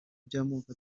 by’amoko